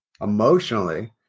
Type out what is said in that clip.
emotionally